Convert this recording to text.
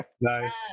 nice